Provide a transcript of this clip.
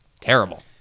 terrible